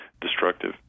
destructive